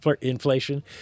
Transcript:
inflation